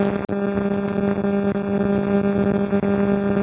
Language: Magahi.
जीवन बीमा के अंतर्गत पॉलिसी मैच्योर होवे के पहिले पैसा न नकालल जाऽ हई